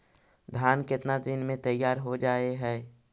धान केतना दिन में तैयार हो जाय है?